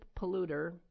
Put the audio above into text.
polluter